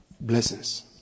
blessings